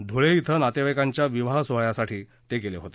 धुळे धि नातेवाईकाच्या विवाह सोहळ्यास ते गेले होते